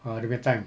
ah dia punya time